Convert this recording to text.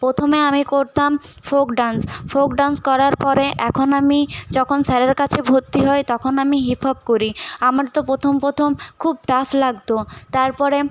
প্রথমে আমি করতাম ফোক ডান্স ফোক ডান্স করার পরে এখন আমি যখন স্যারের কাছে ভর্তি হই তখন আমি হিপহপ করি আমার তো প্রথম প্রথম খুব টাফ লাগতো তারপরে